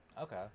Okay